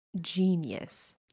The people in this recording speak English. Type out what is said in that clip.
genius